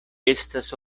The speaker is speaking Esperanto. estas